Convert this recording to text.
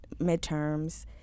midterms